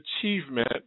achievement